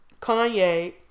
Kanye